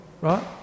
right